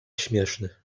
śmieszny